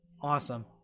awesome